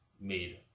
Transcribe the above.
made